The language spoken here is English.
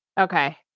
Okay